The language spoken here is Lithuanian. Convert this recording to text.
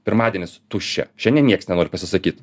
pirmadienis tuščia šiandien nieks nenori pasisakyt